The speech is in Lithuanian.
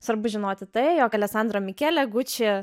svarbu žinoti tai jog aleksandrą mikelę gucci